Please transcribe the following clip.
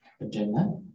agenda